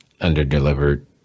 under-delivered